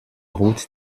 route